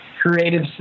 creative